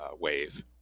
wave